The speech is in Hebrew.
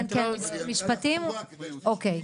אוקיי.